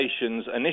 initially